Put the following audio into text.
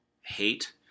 hate